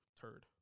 turd